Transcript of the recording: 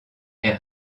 est